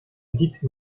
dite